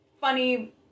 funny